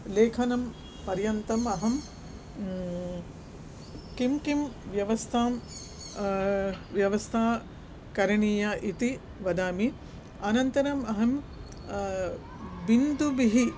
लेखनं पर्यन्तम् अहं कां कां व्यवस्थां व्यवस्था करणीया इति वदामि अनन्तरम् अहं बिन्दुभिः